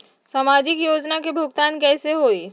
समाजिक योजना के भुगतान कैसे होई?